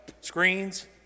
screens